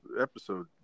episode